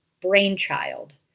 brainchild